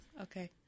Okay